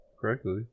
correctly